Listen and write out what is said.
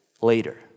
later